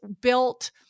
built